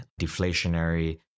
deflationary